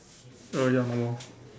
uh ya normal